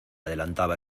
adelantaba